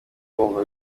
wumva